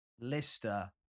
Lister